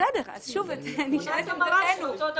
בסדר, אבל --- זו תמונת המראה של אותו דבר.